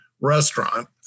restaurant